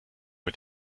mit